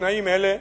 בתנאים אלה,